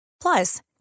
Plus